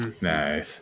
Nice